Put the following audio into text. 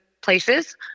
places